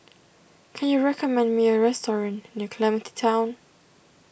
can you recommend me a restaurant near Clementi Town